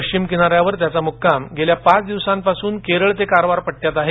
पश्चिम किनाऱ्यावर त्याचा मुक्काम गेल्या पाच दिवसांपासून केरळ ते कारवार या पट्ट्यातच आहे